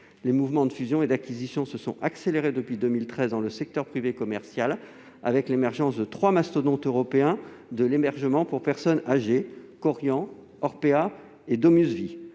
Les mouvements de fusion et d'acquisition se sont accélérés depuis 2013 dans le secteur privé commercial avec l'émergence de trois mastodontes européens de l'hébergement pour personnes âgées : Korian, Orpéa et DomusVi.